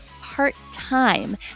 part-time